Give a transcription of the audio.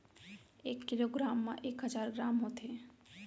एक kilogram मा एक हजार ग्राम होथे